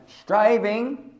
Striving